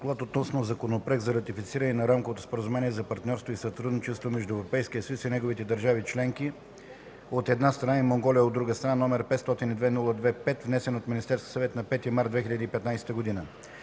„ДОКЛАД относно Законопроект за ратифициране на Рамковото споразумение за партньорство и сътрудничество между Европейския съюз и неговите държави членки, от една страна, и Монголия, от друга страна, № 502-02-5, внесен от Министерския съвет на 5 март 2015 г.